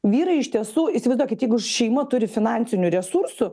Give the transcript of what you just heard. vyrai iš tiesų įsivaizduokit jeigu šeima turi finansinių resursų